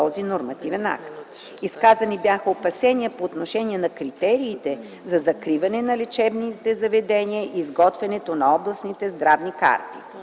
Изказани бяха опасения по отношение на критериите за закриване на лечебните заведения и изготвянето на областните здравни карти.